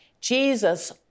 Jesus